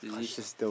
cautious though